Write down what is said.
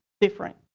different